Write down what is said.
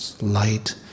Light